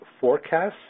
forecasts